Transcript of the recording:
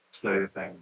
clothing